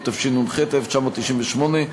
התשנ"ח 1998,